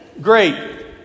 Great